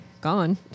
gone